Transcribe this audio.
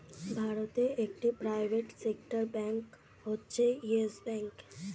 ভারতে একটি private sector bank হচ্ছে ইয়েস ব্যাঙ্ক